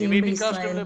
הם משקרים.